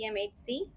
CMHC